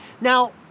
Now